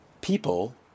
people